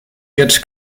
jetzt